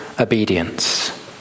obedience